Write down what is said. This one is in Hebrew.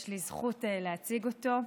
יש לי זכות להציג אותו.